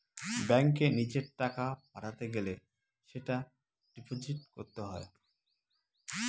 ব্যাঙ্কে নিজের টাকা পাঠাতে গেলে সেটা ডিপোজিট করতে হয়